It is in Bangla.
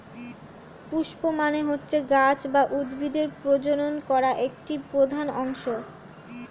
পুস্প মানে হচ্ছে গাছ বা উদ্ভিদের প্রজনন করা একটি প্রধান অংশ